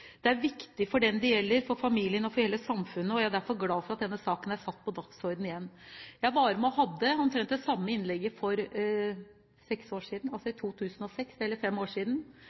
Det er viktig for den det gjelder, for familien og for hele samfunnet, og jeg er derfor glad for at denne saken er satt på dagsordenen igjen. Jeg hadde omtrent det samme innlegget for fem år siden,